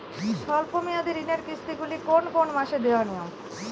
স্বল্প মেয়াদি ঋণের কিস্তি গুলি কোন কোন মাসে দেওয়া নিয়ম?